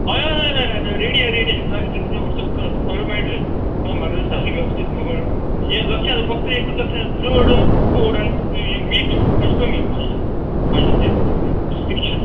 हय हय हय हय हय हय रेडी रेडी आहा कांय वॉटस पडटा तुका सगळें मेळटलें म्हाजो सारकी वेवस्थीत म्हाका हें लक्षांत फक्त एक लक्ष चड गोड आनी मीठ मात्शें कमी म्हाज्या म्हाज्या रि रिस्ट्रिक्शन्स